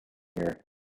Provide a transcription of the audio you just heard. year